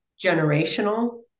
generational